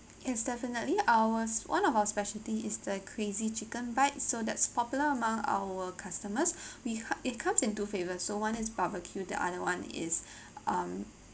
yes definitely ours one of our specialty is the crazy chicken bite so that's popular among our customers we it comes in two favour so one is barbecue the other one is um